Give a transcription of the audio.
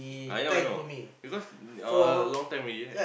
I know I know because uh long time already right